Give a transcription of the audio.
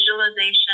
visualization